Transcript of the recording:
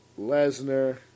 Lesnar